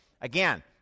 Again